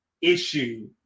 issue